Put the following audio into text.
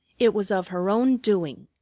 it was of her own doing.